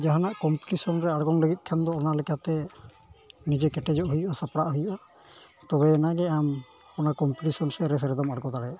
ᱡᱟᱦᱟᱱᱟᱜ ᱠᱚᱢᱯᱤᱴᱤᱥᱚᱱ ᱨᱮ ᱟᱬᱜᱚᱱ ᱞᱟᱹᱜᱤᱫ ᱠᱷᱟᱱ ᱫᱚ ᱚᱱᱟ ᱞᱮᱠᱟᱛᱮ ᱱᱤᱡᱮ ᱠᱮᱴᱮᱡᱚᱜ ᱦᱩᱭᱩᱜᱼᱟ ᱥᱟᱯᱲᱟᱜ ᱦᱩᱭᱩᱜᱼᱟ ᱛᱚᱵᱮ ᱟᱱᱟᱜ ᱜᱮ ᱟᱢ ᱚᱱᱟ ᱠᱚᱢᱯᱤᱴᱤᱥᱚᱱ ᱥᱮ ᱨᱮᱥ ᱨᱮᱫᱚᱢ ᱟᱬᱜᱚ ᱫᱟᱲᱮᱭᱟᱜᱼᱟ